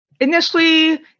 Initially